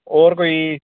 होर कोई